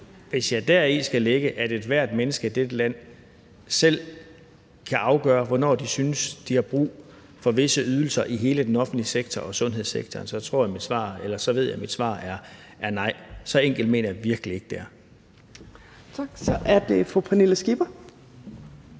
Hvis jeg deri skal lægge, at ethvert menneske i dette land selv kan afgøre, hvornår de synes de har brug for visse ydelser i hele den offentlige sektor og sundhedssektoren, så ved jeg, at mit svar er, at nej, så enkelt mener jeg virkelig ikke det er. Kl. 16:10 Fjerde næstformand (Trine